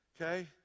Okay